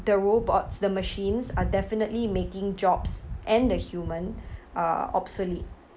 the robots the machines are definitely making jobs and the human uh obsolete